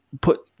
put